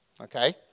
Okay